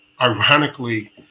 Ironically